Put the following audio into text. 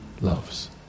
loves